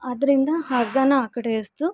ಅದರಿಂದ ಹಗ್ಗನ ಆ ಕಡೆ ಎಸೆದು